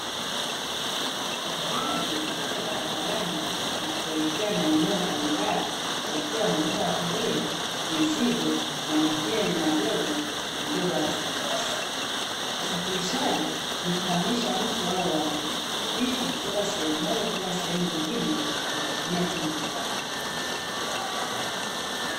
Magari yanapita barabarani na kuelekea maeneo mbalimali yakiwa yamebeba abiria, mizigo, na mengine ni madogo yamebeba watu binafsi. Usafirishaji ni kuhamisha mtu au watu, vitu kutoka sehemu moja kwenda sehemu nyingine kwa kutumia chombo fulani.